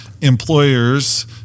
employers